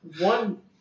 One